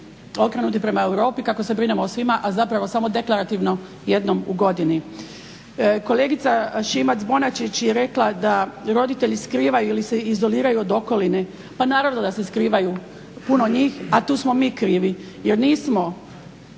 okrenuti prema Europi, kako se brinemo o svima, a zapravo samo deklarativno jednom u godini. Kolegica Šimac-Bonačić je rekla da roditelji skrivaju ili se izoliraju od okoline. Pa naravno da se skrivaju, puno njih. A tu smo mi krivi jer nismo